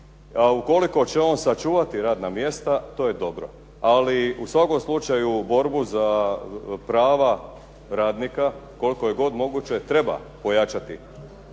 Ali ukoliko će on očuvati radna mjesta, to je dobro. Ali u svakom slučaju borbu za prava radnika koliko god je moguće treba pojačati.